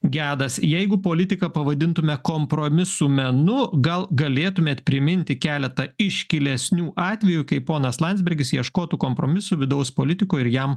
gedas jeigu politiką pavadintume kompromisų menu gal galėtumėt priminti keletą iškilesnių atvejų kai ponas landsbergis ieškotų kompromisų vidaus politikoj ir jam